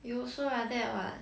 you also like that what